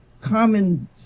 common